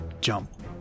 jump